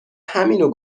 همینو